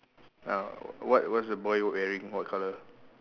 uh what what's the boy wearing what colour